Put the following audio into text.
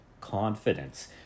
confidence